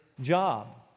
job